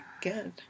good